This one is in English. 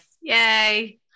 Yay